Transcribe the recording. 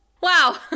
Wow